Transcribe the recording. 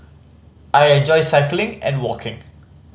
I enjoy cycling and walking